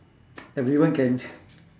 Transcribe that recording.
everyone can